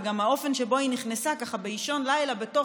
וגם האופן שבו היא נכנסה ככה באישון לילה בתוך